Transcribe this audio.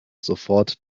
sofort